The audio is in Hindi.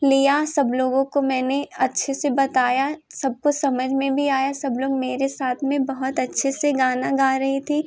लिया सब लोगों को मैंने अच्छे से बताया सबको समझ में भी आया सब लोग मेरे साथ में बहुत अच्छे से गाना गा रही थी